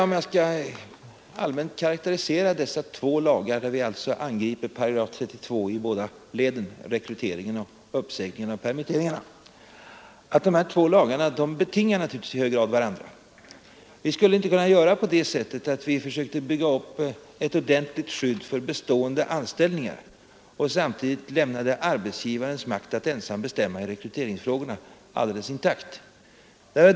Om jag skall allmänt karakterisera dessa två lagar, där vi alltså angriper §32 i båda leden — rekryteringen samt uppsägningarna och permitteringarna — vill jag säga att dessa lagar naturligtvis betingar varandra i hög grad. Vi skulle inte kunna göra på det sättet att vi försökte bygga upp ett ordentligt skydd för bestående anställningar och samtidigt lämnade arbetsgivarens makt att ensam bestämma i rekryteringsfrågorna alldeles intakt.